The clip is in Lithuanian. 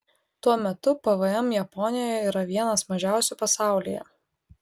tuo metu pvm japonijoje yra vienas mažiausių pasaulyje